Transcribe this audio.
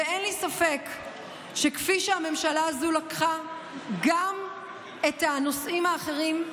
ואין לי ספק שכפי שהממשלה הזו לקחה גם את הנושאים האחרים,